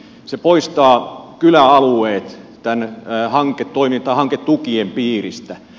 se poistaa kyläalueet hanketukien piiristä